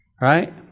right